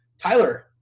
Tyler